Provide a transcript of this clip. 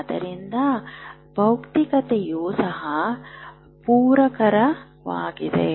ಆದ್ದರಿಂದ ಭೌತಿಕತೆಯೂ ಸಹ ಪೂರಕವಾಗಿದೆ